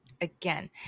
Again